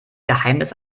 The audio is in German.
geheimnis